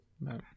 No